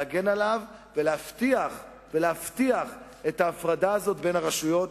להגן עליו ולהבטיח את ההפרדה הזאת בין הרשויות,